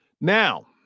Now